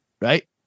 right